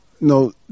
no